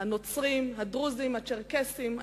הנוצרים, הדרוזים, הצ'רקסים.